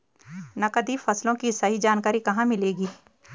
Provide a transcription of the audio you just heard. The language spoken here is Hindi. नकदी फसलों की सही जानकारी कहाँ मिलेगी?